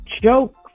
joke